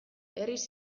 herriz